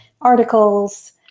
articles